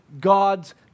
God's